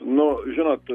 nu žinot